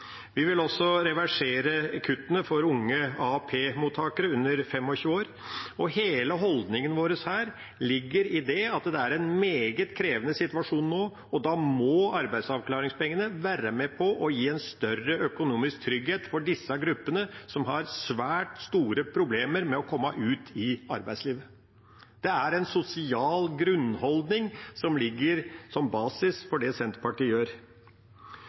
Vi vil også reversere kuttene for unge AAP-mottakere under 25 år. Hele holdningen vår ligger i det at det er en meget krevende situasjon nå, og da må arbeidsavklaringspengene være med på å gi en større økonomisk trygghet for disse gruppene, som har svært store problemer med å komme ut i arbeidslivet. Det er en sosial grunnholdning som ligger som basis for det Senterpartiet gjør.